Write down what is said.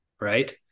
right